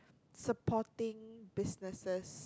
supporting businesses